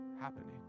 happening